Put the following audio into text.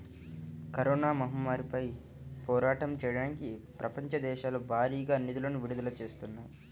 corona మహమ్మారిపై పోరాటం చెయ్యడానికి ప్రపంచ దేశాలు భారీగా నిధులను విడుదల చేత్తన్నాయి